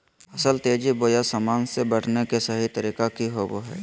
फसल तेजी बोया सामान्य से बढने के सहि तरीका कि होवय हैय?